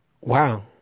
Wow